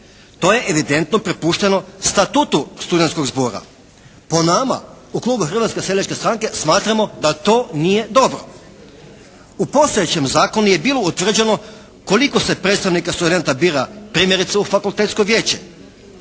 To je evidentno prepušteno statutu studentskog zbora. Po nama u klubu Hrvatske seljačke stranke smatramo da to nije dobro. U postojećem zakonu je bilo utvrđeno koliko se predstavnika studenata bira primjerice u fakultetsko vijeće.